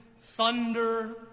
thunder